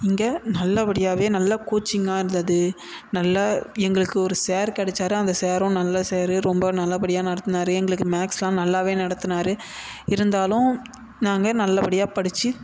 இங்கே நல்லபடியாகவே நல்ல கோச்சிங்காக இருந்தது நல்லா எங்களுக்கு ஒரு சார் கெடைச்சாரு அந்த சாரும் நல்ல சாரு ரொம்ப நல்லபடியாக நடத்துனார் எங்களுக்கு மேக்ஸுலாம் நல்லா நடத்துனார் இருந்தாலும் நாங்கள் நல்லபடியாக படித்து